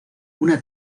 una